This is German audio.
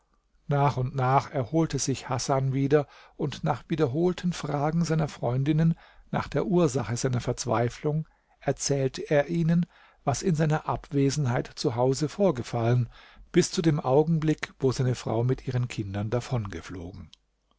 nach und nach erholte sich hasan wieder und nach wiederholten fragen seiner freundinnen nach der ursache seiner verzweiflung erzählte er ihnen was in seiner abwesenheit zu hause vorgefallen bis zu dem augenblick wo seine frau mit ihren kindern